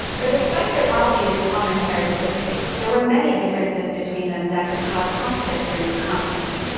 but despite their obvious, common characteristics, there were many differences between them that could cause conflict during the conference.